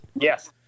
yes